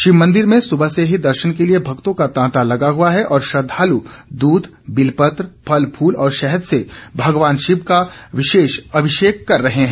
शिव मंदिरों में सुबह से ही दर्शन के लिए भक्तों का तांता लगा है और श्रद्वालु दूध बिल पत्र फल फूल और शहद से भगवान शिव का अभिषेक कर रहे हैं